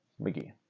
McGee